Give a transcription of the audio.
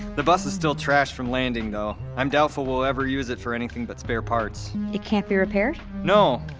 the bus is still trashed from landing, though. i'm doubtful we'll ever use it for anything but spare parts it can't be repaired? no.